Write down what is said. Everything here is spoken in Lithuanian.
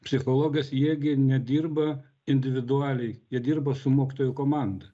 psichologas jie gi nedirba individualiai jie dirba su mokytojų komanda